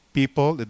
people